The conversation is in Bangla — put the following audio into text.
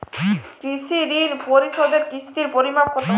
কৃষি ঋণ পরিশোধের কিস্তির পরিমাণ কতো?